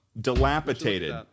Dilapidated